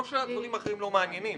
זה לא שהדברים האחרים לא מעניינים.